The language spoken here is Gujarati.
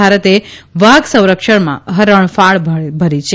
ભારતે વાઘ સંરક્ષણમાં હરણફાળ ભરી છે